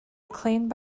acclaimed